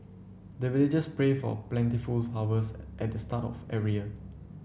the villagers pray for plentiful harvest at the start of every year